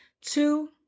Two